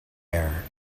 air